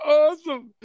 awesome